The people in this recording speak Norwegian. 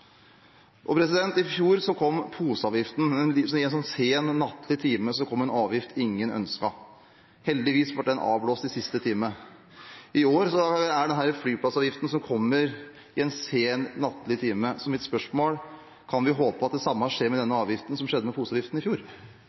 og «molbopolitikk». I fjor kom poseavgiften – en sen nattlig time kom en avgift ingen ønsket. Heldigvis ble den avblåst i siste time. I år er det denne flyseteavgiften som kommer en sen nattlig time. Mitt spørsmål er: Kan vi håpe at det samme skjer med denne avgiften som skjedde med poseavgiften i fjor?